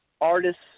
artists